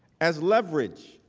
as leverage,